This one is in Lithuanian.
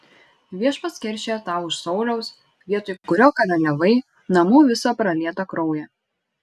viešpats keršija tau už sauliaus vietoj kurio karaliavai namų visą pralietą kraują